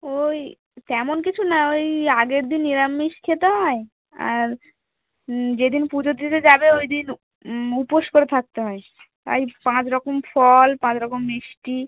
ওই তেমন কিছু না ওই আগের দিন নিরামিষ খেতে হয় আর যেদিন পুজো দিতে যাবে ওই দিন উপোষ করে থাকতে হয় তাই পাঁচ রকম ফল পাঁচ রকম মিষ্টি